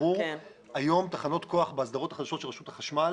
היום תחנות כוח בהגדרות החדשות של רשות החשמל,